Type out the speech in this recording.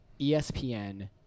ESPN